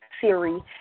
Siri